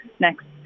next